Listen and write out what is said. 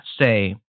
say